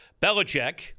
Belichick